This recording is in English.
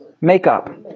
Makeup